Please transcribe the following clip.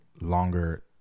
longer